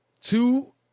two